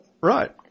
Right